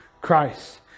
christ